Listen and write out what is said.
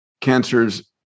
Cancer's